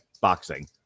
boxing